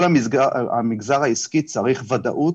כל המגזר העסקי צריך ודאות,